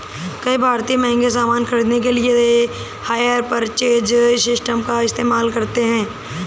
कई भारतीय महंगे सामान खरीदने के लिए हायर परचेज सिस्टम का इस्तेमाल करते हैं